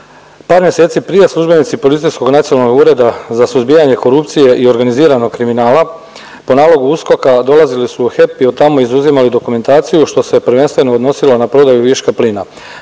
Par mjeseci prije službenici Policijskog nacionalnog Ureda za suzbijanje korupcije i organiziranog kriminala po nalogu USKOK-a dolazili su u HEP i od tamo izuzimali dokumentaciju što se prvenstveno odnosilo na prodaju viška plina.